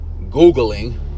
Googling